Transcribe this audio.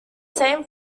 same